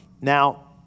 Now